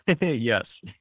Yes